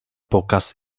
pokaz